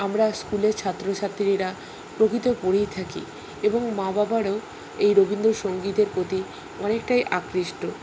আমরা স্কুলে ছাত্রছাত্রীরা প্রকৃত পড়েই থাকি এবং মা বাবারও এই রবীন্দ্রসঙ্গীতের প্রতি অনেকটাই আকৃষ্ট